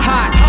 Hot